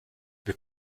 wir